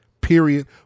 period